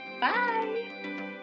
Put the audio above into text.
Bye